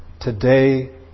Today